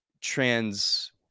trans